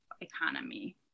economy